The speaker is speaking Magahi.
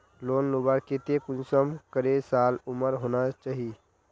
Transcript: लोन लुबार केते कुंसम करे साल उमर होना चही?